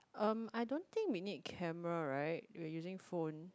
um I don't think we need camera right we're using phone